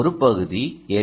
ஒரு பகுதி எல்